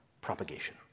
propagation